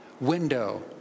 Window